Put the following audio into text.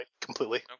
completely